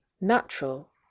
natural